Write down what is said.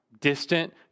distant